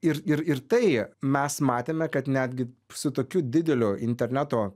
ir ir ir tai mes matėme kad netgi su tokiu dideliu interneto